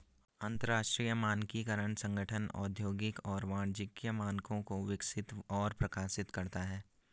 अंतरराष्ट्रीय मानकीकरण संगठन औद्योगिक और वाणिज्यिक मानकों को विकसित और प्रकाशित करता है